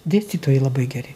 dėstytojai labai geri